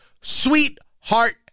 Sweetheart